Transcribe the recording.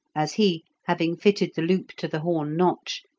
as he, having fitted the loop to the horn notch,